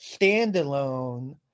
standalone